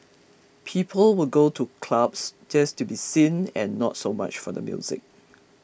people would go to clubs just to be seen and not so much for the music